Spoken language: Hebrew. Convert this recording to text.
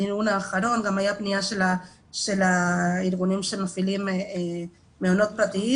של הארגונים שמפעילים מעונות פרטיים.